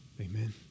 Amen